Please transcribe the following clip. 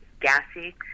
gassy